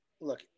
look